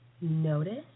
Notice